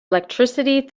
electricity